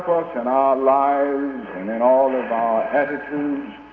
us in our lives and in all of our attitudes,